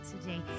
today